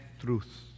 truth